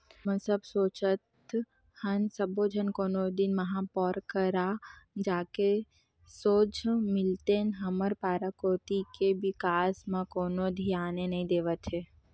हमन सब सोचत हन सब्बो झन कोनो दिन महापौर करा जाके सोझ मिलतेन हमर पारा कोती के बिकास म कोनो धियाने नइ देवत हे